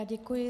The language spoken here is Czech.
Děkuji.